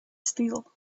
still